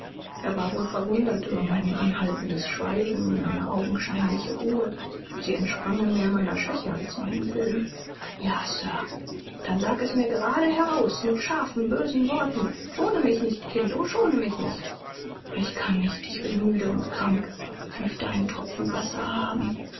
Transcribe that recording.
er war wohl verwundert über mein anhaltendes schweigen meine augenscheinliche ruhe sie entsprangen mehr meiner schwäche als meinem willen ja sir dann sag es mir gerade heraus mit scharfen bösen worten schone mich nicht kind o schone mich nicht ich kann nicht ich bin müde und krank ich möchte einen tropfen wasser haben